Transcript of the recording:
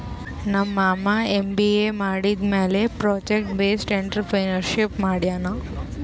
ನಮ್ ಮಾಮಾ ಎಮ್.ಬಿ.ಎ ಮಾಡಿದಮ್ಯಾಲ ಪ್ರೊಜೆಕ್ಟ್ ಬೇಸ್ಡ್ ಎಂಟ್ರರ್ಪ್ರಿನರ್ಶಿಪ್ ಮಾಡ್ಯಾನ್